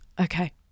Okay